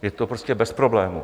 Je to prostě bez problémů.